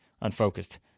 unfocused